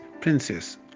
princess